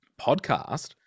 podcast